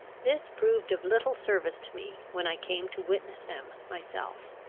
this proved of little service to me when i came to witness them myself.